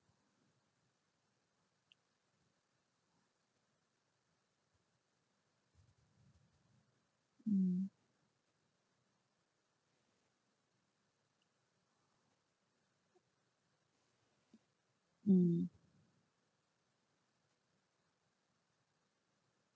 mm mm